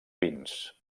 vins